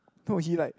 no he like